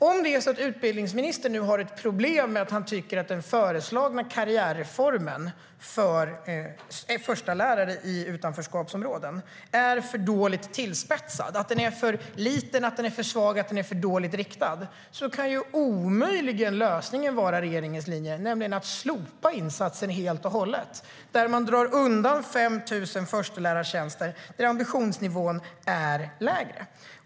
Om utbildningsministern nu har ett problem med att han tycker att den föreslagna karriärreformen för förstelärare i utanförskapsområden är för dåligt tillspetsad och att den är för liten, för svag och för dåligt riktad, kan lösningen omöjligt vara regeringens linje att slopa insatsen helt och hållet, där man drar undan 5 000 förstelärartjänster och där ambitionsnivån är lägre.